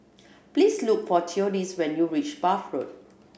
please look for Theodis when you reach Bath Road